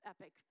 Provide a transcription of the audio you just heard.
epic